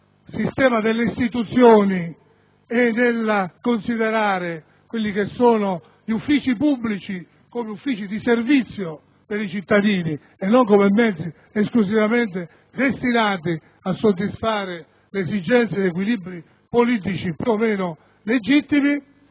positivamente, in quanto, considerando gli uffici pubblici come uffici di servizio per i cittadini e non come mezzi esclusivamente destinati a soddisfare le esigenze e gli equilibri politici più o meno legittimi,